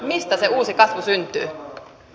mistä se uusi kasvu syntyy